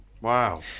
Wow